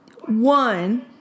One